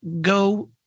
go